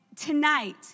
tonight